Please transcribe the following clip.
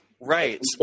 Right